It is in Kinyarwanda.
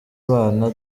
bana